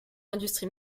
industrie